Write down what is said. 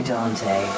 Dante